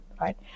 right